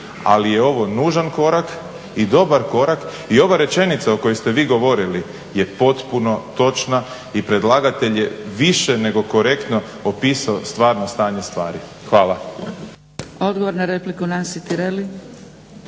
ali je ovo nužan korak i dobar korak. I ova rečenica o kojoj ste vi govorili je potpuno točna i predlagatelj je više nego korektno opisao stvarno stanje stvari. Hvala. **Zgrebec, Dragica